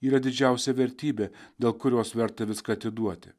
yra didžiausia vertybė dėl kurios verta viską atiduoti